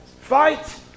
Fight